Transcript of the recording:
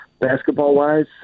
basketball-wise